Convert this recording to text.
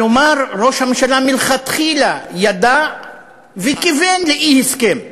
כלומר ראש הממשלה מלכתחילה ידע וכיוון לאי-הסכם.